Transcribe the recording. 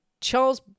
Charles